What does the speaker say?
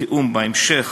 ובתיאום המשך